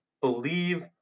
believe